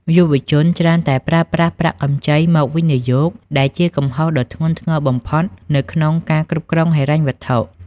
យុវជនច្រើនតែប្រើប្រាស់ "ប្រាក់កម្ចី" មកវិនិយោគ ដែលជាកំហុសដ៏ធ្ងន់ធ្ងរបំផុតនៅក្នុងការគ្រប់គ្រងហិរញ្ញវត្ថុ។